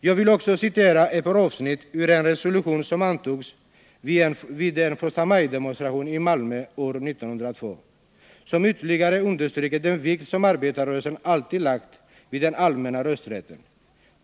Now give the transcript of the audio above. Jag vill också citera ett par avsnitt ur en resolution som antogs vid en förstamajdemonstration i Malmö år 1902, som ytterligare understryker den vikt som arbetarrörelsen alltid lagt vid den allmänna rösträtten.